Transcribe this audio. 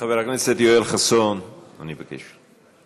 חבר הכנסת יואל חסון, אני מבקש.